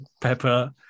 Pepper